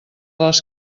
les